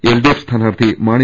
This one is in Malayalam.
എൽഡിഎഫ് സ്ഥാനാർത്ഥി മാണി